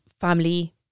family